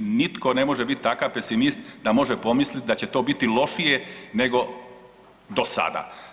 nitko ne može biti takav pesimist da može pomisliti da će to biti lošije nego do sada.